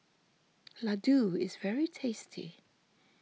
Ladoo is very tasty